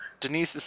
Denise